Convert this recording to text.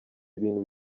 ibintu